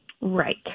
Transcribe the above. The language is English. Right